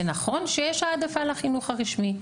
זה נכון שיש העדפה לחינוך הרשמי,